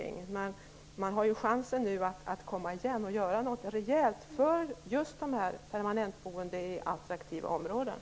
Nu har man ju chansen att komma igen och göra något rejält för just de permanentboende i attraktiva områden.